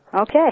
Okay